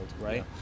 right